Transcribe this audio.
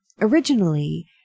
originally